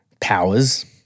powers